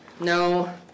No